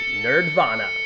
Nerdvana